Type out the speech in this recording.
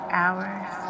hours